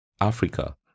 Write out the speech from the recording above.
Africa